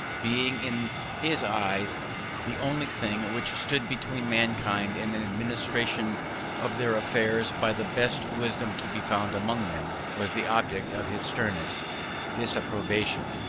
being in his eyes the only thing which stood between mankind and an administration of their affairs by the best wisdom to be found among them, was the object of his sternest disapprobation,